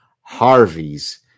Harvey's